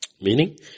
Meaning